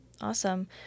Awesome